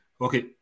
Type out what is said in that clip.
Okay